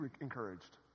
encouraged